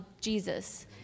Jesus